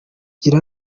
gira